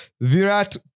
Virat